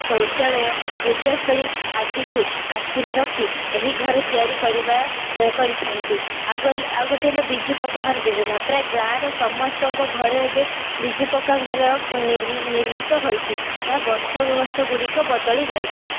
ଶୌଚାଳୟ ପୂଜାସ୍ଥଳୀ ଆଦିକୁ ଆଖିରେ ରଖି ଏହି ଘର ତିଆରି କରିବା କରିଥାନ୍ତି ଆଉ ଗଲେ ଆଉ ଗୋଟେ ହେଲା ବିଜୁ ପକ୍କା ଘର ଯୋଜନା ପ୍ରାୟ ଗାଁର ସମସ୍ତଙ୍କ ଘରେ ଏବେ ବିଜୁ ପକ୍କା ଘର ନିର୍ମିତ ହୋଇଛି ଯାହା ବର୍ଷକୁ ବର୍ଷ ଗୁଡ଼ିକ ବଦଳି ଯାଇଛି